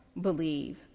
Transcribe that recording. believe